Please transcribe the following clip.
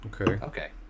Okay